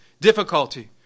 difficulty